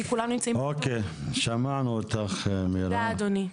תודה מירה.